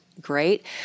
great